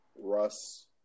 Russ